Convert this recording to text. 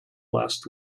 last